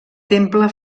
temple